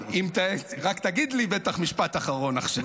--- רק תגיד לי עכשיו "משפט אחרון".